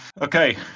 Okay